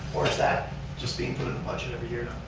or is that just being put in the budget every year